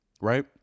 right